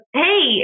hey